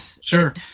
sure